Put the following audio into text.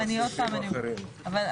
אבל,